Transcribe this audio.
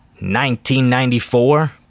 1994